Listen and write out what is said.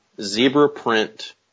zebra-print